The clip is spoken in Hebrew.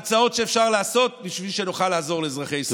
עם הצעות שאפשר לעשות בשביל שנוכל לעזור לאזרחי ישראל.